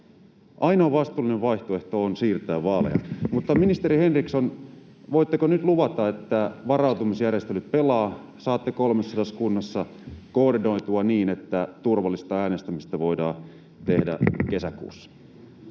Ainoa vastuullinen vaihtoehto on siirtää vaaleja. Mutta, ministeri Henriksson, voitteko nyt luvata, että varautumisjärjestelyt pelaavat, että saatte 300 kunnassa koordinoitua niin, että turvallista äänestämistä voidaan tehdä kesäkuussa?